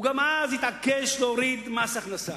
הוא גם אז התעקש להוריד מס הכנסה.